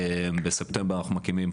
בספטמבר אנחנו מקימים,